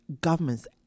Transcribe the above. governments